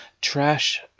trash